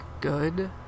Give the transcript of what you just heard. good